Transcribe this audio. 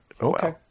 Okay